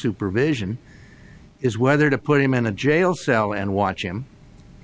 supervision is whether to put him in a jail cell and watch him